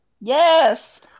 Yes